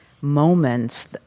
moments